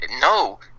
no